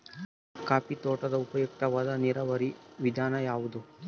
Coffee ತೋಟಕ್ಕೆ ಉಪಯುಕ್ತವಾದ ನೇರಾವರಿ ವಿಧಾನ ಯಾವುದು?